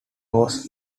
was